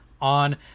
on